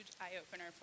eye-opener